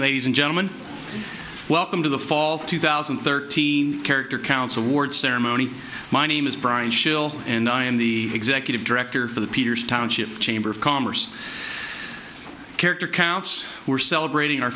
ladies and gentlemen welcome to the fall two thousand and thirteen character counts award ceremony my name is brian schill and i am the executive director for the peters township chamber of commerce character counts we're celebrating our